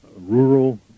rural